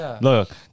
Look